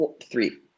three